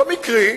לא מקרי,